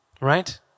right